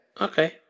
Okay